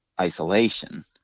isolation